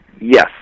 yes